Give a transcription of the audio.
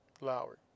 Lowry